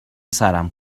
سرم